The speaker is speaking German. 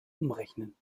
umrechnen